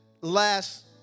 last